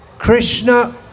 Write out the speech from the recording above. Krishna